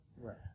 Right